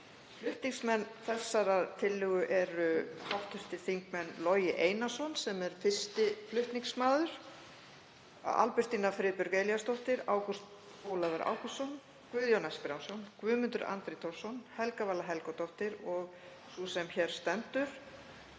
Flutningsmenn þessarar tillögu eru hv. þingmenn Logi Einarsson, sem er 1. flutningsmaður, Albertína Friðbjörg Elíasdóttir, Ágúst Ólafur Ágústsson, Guðjón S. Brjánsson, Guðmundur Andri Thorsson, Helga Vala Helgadóttir og sú sem hér stendur.